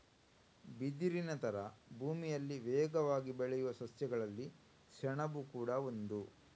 ಬಿದಿರಿನ ತರ ಭೂಮಿಯಲ್ಲಿ ವೇಗವಾಗಿ ಬೆಳೆಯುವ ಸಸ್ಯಗಳಲ್ಲಿ ಸೆಣಬು ಕೂಡಾ ಒಂದು